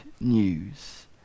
news